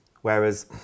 Whereas